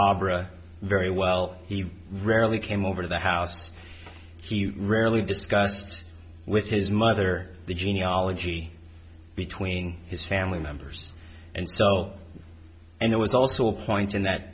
abra very well he rarely came over to the house he rarely discussed with his mother the genealogy between his family members and so and it was also a point in that